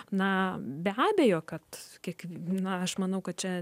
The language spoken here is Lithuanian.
na be abejo kad kiek na aš manau kad čia